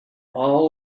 all